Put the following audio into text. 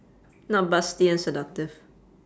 not busty and seductive